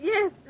Yes